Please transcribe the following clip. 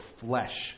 flesh